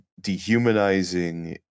dehumanizing